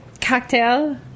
Cocktail